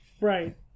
Right